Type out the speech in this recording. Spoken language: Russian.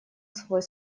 свой